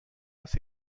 است